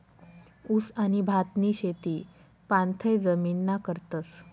ऊस आणि भातनी शेती पाणथय जमीनमा करतस